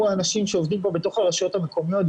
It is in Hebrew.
האנשים שעובדים פה בתוך הרשויות המקומיות,